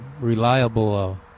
reliable